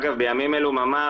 בימים אלו ממש,